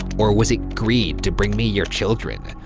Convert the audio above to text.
or was it greed to bring me your children?